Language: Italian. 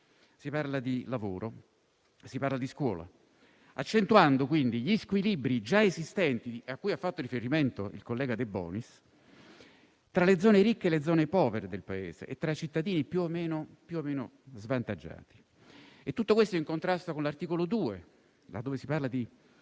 di salute, di lavoro e di scuola - accentuando quindi gli squilibri già esistenti, a cui ha fatto riferimento il collega De Bonis, tra le zone ricche e quelle povere del Paese e tra cittadini più o meno svantaggiati. Tutto questo va in contrasto con gli articoli 2 in cui si parla di